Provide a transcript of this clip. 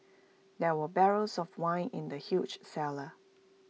there were barrels of wine in the huge cellar